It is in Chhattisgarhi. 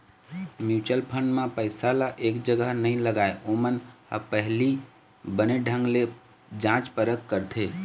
म्युचुअल फंड म पइसा ल एक जगा नइ लगाय, ओमन ह पहिली बने ढंग ले जाँच परख करथे